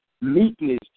meekness